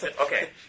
Okay